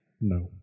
No